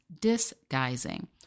disguising